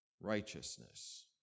righteousness